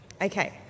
Okay